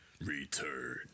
Return